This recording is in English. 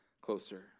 closer